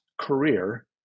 career